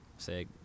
Say